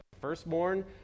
firstborn